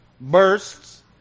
bursts